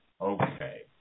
okay